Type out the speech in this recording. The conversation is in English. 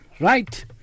right